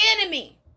enemy